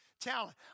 talent